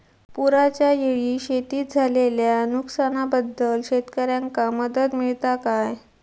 पुराच्यायेळी शेतीत झालेल्या नुकसनाबद्दल शेतकऱ्यांका मदत मिळता काय?